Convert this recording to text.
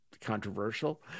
controversial